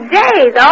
days